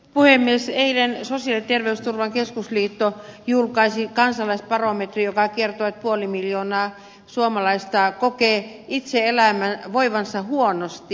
eilen sosiaali ja terveysturvan keskusliitto julkaisi kansalaisbarometrin joka kertoi että puoli miljoonaa suomalaista kokee itse voivansa huonosti